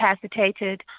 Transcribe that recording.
capacitated